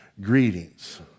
greetings